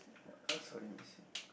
what else are we missing